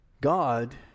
God